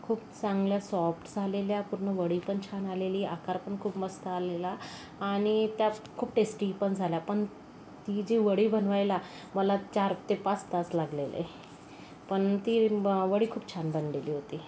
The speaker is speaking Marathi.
खूप चांगल्या सॉफ्ट झालेल्या पूर्ण वडी पण छान आलेली आकार पण खूप मस्त आलेला आणि त्यात खूप टेस्टी पण झाल्या पण ती जी वडी बनवायला मला चार ते पाच तास लागलेले पण ती वडी खूप छान बनलेली होती